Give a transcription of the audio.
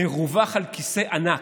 מרווח על כיסא ענק.